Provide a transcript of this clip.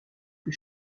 fut